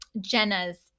Jenna's